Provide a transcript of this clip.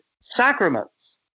sacraments